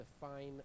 define